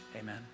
amen